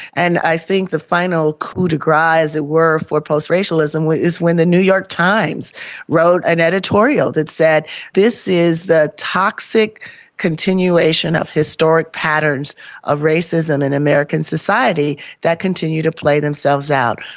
and i think the final coup de grace, as it were, for post-racialism is when the new york times wrote an editorial that said this is the toxic continuation of historic patterns of racism in american society that continue to play themselves out.